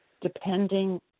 depending